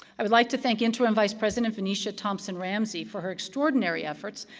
i would like to thank interim vice president venesia thompson-ramsay for her extraordinary efforts,